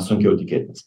sunkiau tikėtinas